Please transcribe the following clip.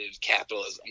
capitalism